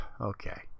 Okay